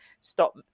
Stop